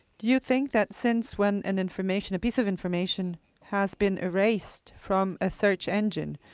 you think that since when an information, piece of information has been erased from a search engine,